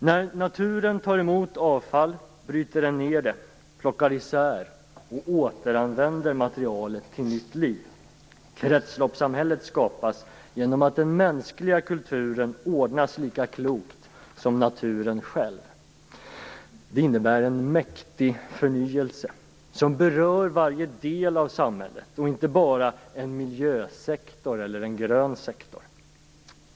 När naturen tar emot avfall bryter den ned det och plockar isär och återanvänder materialet till nytt liv. Kretsloppssamhället skapas genom att den mänskliga kulturen ordnas lika klokt som naturen själv. Det innebär en mäktig förnyelse som berör varje del av samhället, inte bara en miljösektor eller en "grön sektor".